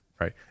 right